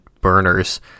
burners